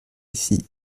ici